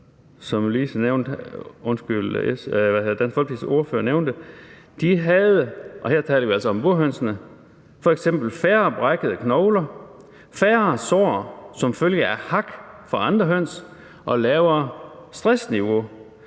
burhøns, at de havde færre brækkede knogler, færre sår som følge af hak fra andre høns og et lavere stressniveau.